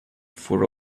for